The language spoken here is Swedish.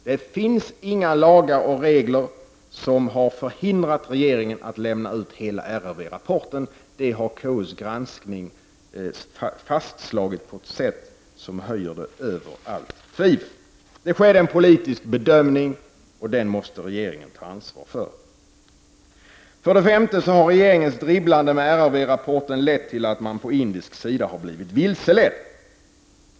Det finns inga lagar och regler som har hindrat regeringen att lämna ut hela RRV-rapporten, vilket KU genom sin granskning fastslagit på ett sätt som höjer det över allt tvivel. Det skedde en politisk bedömning och den måste regeringen ta ansvar för. För det femte har regeringens dribblande med RRV-rapporten lett till att man på indisk sida anser sig grovt vilseledd.